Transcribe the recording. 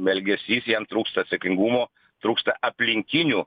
elgesys jiem trūksta atsakingumo trūksta aplinkinių